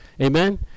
Amen